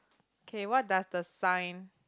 K what does the sign